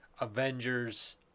Avengers